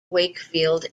wakefield